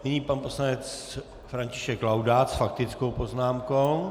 Nyní pan poslanec František Laudát s faktickou poznámkou.